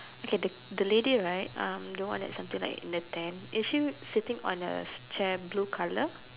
okay the the lady right um the one like something in a tent is she sitting on a chair blue colour